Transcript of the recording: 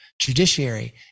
judiciary